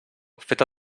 feta